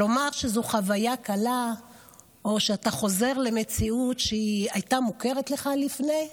לומר שזו חוויה קלה או שאתה חוזר למציאות שהייתה מוכרת לך לפני?